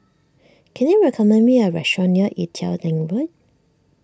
can you recommend me a restaurant near Ee Teow Leng Road